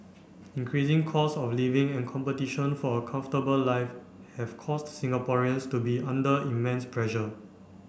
increasing costs of living and competition for a comfortable life have caused Singaporeans to be under immense pressure